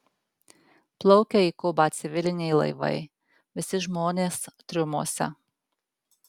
plaukia į kubą civiliniai laivai visi žmonės triumuose